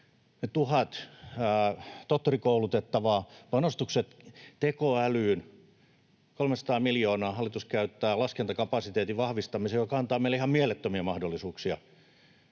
tuhat tohtorikoulutettavaa, panostukset tekoälyyn — 300 miljoonaa hallitus käyttää laskentakapasiteetin vahvistamiseen, joka antaa meille ihan mielettömiä mahdollisuuksia